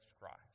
Christ